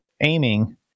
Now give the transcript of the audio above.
aiming